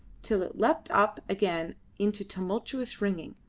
till it leapt up again into tumultuous ringing,